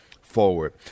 forward